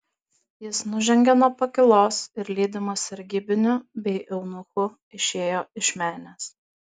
jis nužengė nuo pakylos ir lydimas sargybinių bei eunuchų išėjo iš menės